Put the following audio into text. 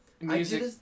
music